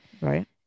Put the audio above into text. Right